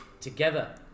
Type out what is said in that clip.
together